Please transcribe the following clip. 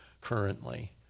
currently